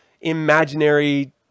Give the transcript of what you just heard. imaginary